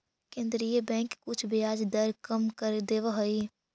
केन्द्रीय बैंक कुछ ब्याज दर कम कर देवऽ हइ